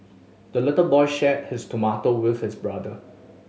the little boy shared his tomato with his brother